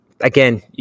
again